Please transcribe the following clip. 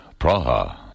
Praha